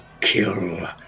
kill